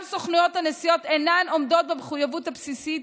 גם סוכנויות הנסיעות אינן עומדות במחויבות הבסיסית